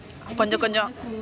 கொஞ்சம் கொஞ்சம்:konjam konjam